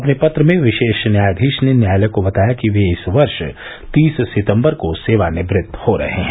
अपने पत्र में विशेष न्यायाधीश ने न्यायालय को बताया कि वे इस वर्ष तीस सितम्बर को सेवानिवृत हो रहे हैं